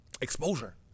exposure